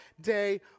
day